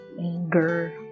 Anger